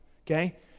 okay